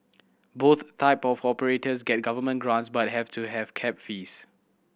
both type of operators get government grants but have to have cap fees